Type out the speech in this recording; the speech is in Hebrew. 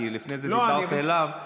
כי לפני זה דיברת אליו,